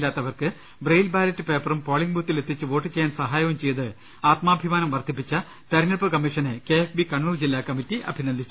യില്ലാത്തവർക്ക് braille ballot പേപ്പറും polling ബൂത്തിൽ എത്തിച്ച് വോട്ടു ചെയ്യാൻ സഹായവും ചെയ്ത് ആത്മാഭിമാനം വർദ്ധിപ്പിച്ച തെരഞ്ഞെടുപ്പ് കമ്മീ ഷനെ കെ എഫ് ബി കണ്ണൂർ ജില്ലാ കമ്മിറ്റി അഭിനന്ദിച്ചു